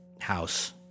house